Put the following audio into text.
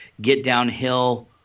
get-downhill